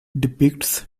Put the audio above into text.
depicts